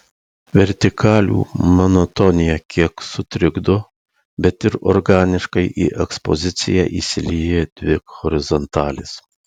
vertikalių monotoniją kiek sutrikdo bet ir organiškai į ekspoziciją įsilieja dvi horizontalės